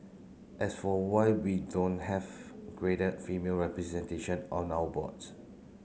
as for why we don't have greater female representation on our boards